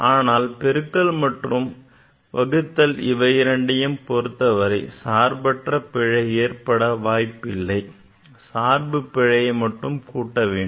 ஆனால் பெருக்கல் மற்றும் வகுத்தல் இவையிரண்டையும் பொருத்தவரை சார்பற்ற பிழை ஏற்பட வாய்ப்பில்லை சார்பு பிழைகளை மட்டும் கூட்ட வேண்டும்